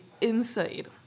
inside